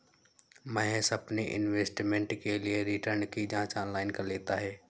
महेश अपने इन्वेस्टमेंट के लिए रिटर्न की जांच ऑनलाइन कर लेता है